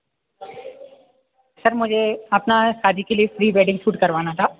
sir मुझे अपना शादी के लिए प्री वेडिंग सूट करवाना था